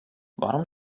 warum